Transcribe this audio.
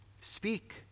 Speak